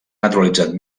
naturalitzat